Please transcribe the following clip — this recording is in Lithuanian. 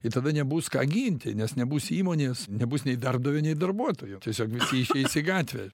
i tada nebus ką ginti nes nebus įmonės nebus nei darbdavio nei darbuotojų tiesiog visi išeis į gatvę